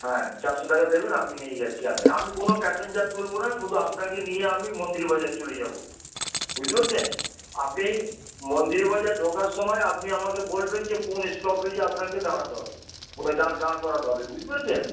হ্যাঁ চারশো টাকা দেবেন আমি নিয়ে যাচ্ছি আপনাকে আমি কোনো প্যাসেঞ্জার তুলব না শুধু আপনাকে নিয়ে আমি মন্দিরবাজার চলে যাব বুঝতে পেরেছেন আপনি মন্দিরবাজার ঢোকার সময় আপনি আমাকে বলবেন যে কোন স্টপেজে আপনাকে দাঁড়াতে হবে কোথায় দাঁড় দাঁড় করাতে হবে বুঝতে পেরেছেন